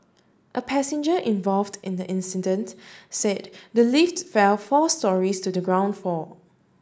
a passenger involved in the incident said the lift fell four storeys to the ground floor